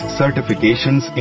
certifications